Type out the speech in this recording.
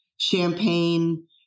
Champagne